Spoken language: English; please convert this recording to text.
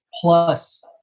plus